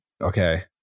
Okay